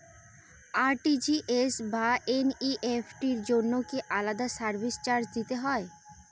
RTGS বা NEFT এর জন্য কি কোনো সার্ভিস চার্জ দিতে হয়?